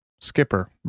Skipper